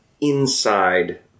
inside